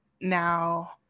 now